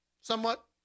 Somewhat